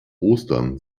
ostern